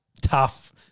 tough